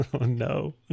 no